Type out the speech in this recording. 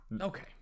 Okay